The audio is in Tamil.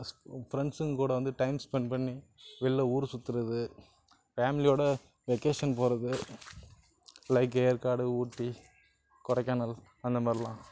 ஃப்ரெண்ட்ஸுங்க கூட டைம் ஸ்பெண்ட் பண்ணி வெளில ஊர் சுத்துகிறது ஃபேமிலியோட வெகேஷன் போகிறது லைக் ஏற்காடு ஊட்டி கொடைக்கானல் அந்த மாதிரிலாம்